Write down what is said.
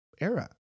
era